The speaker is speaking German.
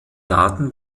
daten